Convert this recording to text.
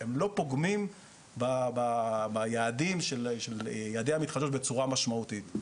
הם לא פוגמים ביעדי המתחדשות בצורה משמעותית.